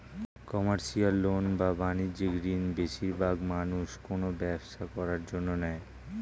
commercial loan বা বাণিজ্যিক ঋণ বেশিরবাগ মানুষ কোনো ব্যবসা করার জন্য নেয়